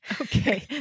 Okay